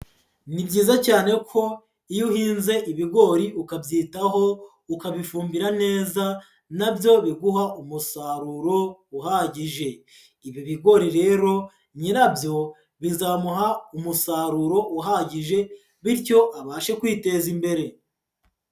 Ni byiza cyane ko iyo uhinze ibigori ukabyitaho, ukabifumbira neza na byo biguha umusaruro uhagije. Ibi bigori rero nyirabyo bizamuha umusaruro uhagije bityo abashe kwiteza imbere.